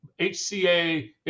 HCA